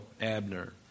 Abner